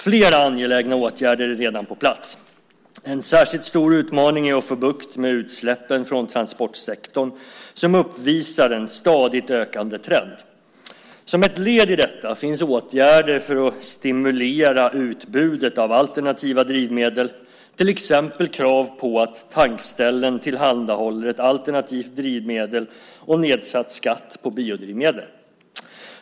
Flera angelägna åtgärder är redan på plats. En särskilt stor utmaning är att få bukt med utsläppen från transportsektorn som uppvisar en stadigt ökande trend. Som ett led i detta finns åtgärder för att stimulera utbudet av alternativa drivmedel, till exempel krav på att tankställen tillhandahåller ett alternativt drivmedel och nedsatt skatt på biodrivmedel.